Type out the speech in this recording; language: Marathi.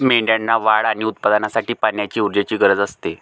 मेंढ्यांना वाढ आणि उत्पादनासाठी पाण्याची ऊर्जेची गरज असते